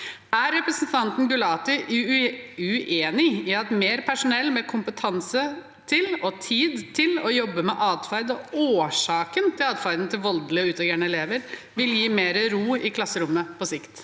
Er representanten Gulati uenig i at mer personell med kompetanse og tid til å jobbe med atferd og årsaken til atferden til voldelige og utagerende elever vil gi mer ro i klasserommet på sikt?